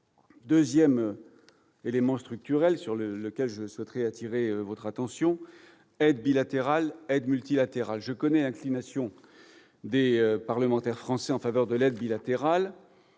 Deuxième élément structurel sur lequel je souhaiterais attirer votre attention : la question de l'aide bilatérale et de l'aide multilatérale. Je connais l'inclination des parlementaires français en faveur de la première.